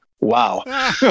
wow